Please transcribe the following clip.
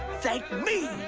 thank me!